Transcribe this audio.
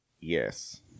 Yes